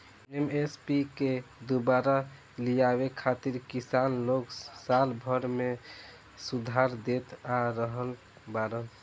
MSP के दुबारा लियावे खातिर किसान लोग साल भर से धरना देत आ रहल बाड़न